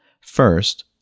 First